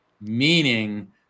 meaning